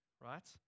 right